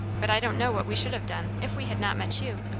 but i don't know what we should have done if we had not met you.